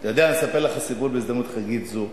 אתה יודע, אני אספר לך סיפור בהזדמנות חגיגית זו.